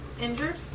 injured